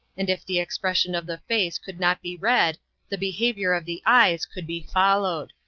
and if the expression of the face could not be read the behaviour of the eyes could be followed.